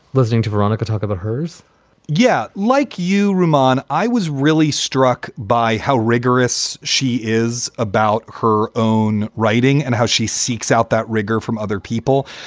listening to veronica talk about hers yeah. like you, reman, i was really struck by how rigorous she is about her own writing and how she seeks out that rigour from other people.